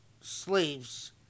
slaves